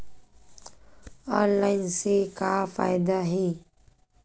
Online से का फ़ायदा हे?